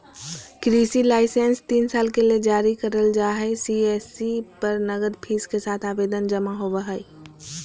कृषि लाइसेंस तीन साल के ले जारी करल जा हई सी.एस.सी पर नगद फीस के साथ आवेदन जमा होवई हई